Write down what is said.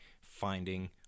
finding